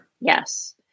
Yes